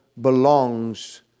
belongs